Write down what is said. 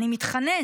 אני מתחנן,